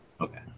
okay